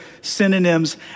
synonyms